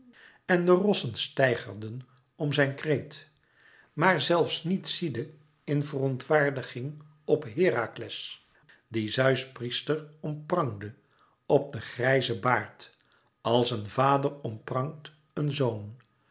en de rossen steigerden om zijn kreet maar zelfs niet ziedde in verontwaardiging op herakles dien zeus priester omprangde op den grijzen baard als een vader omprangt een zoon